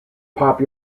pop